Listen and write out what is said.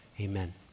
Amen